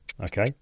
okay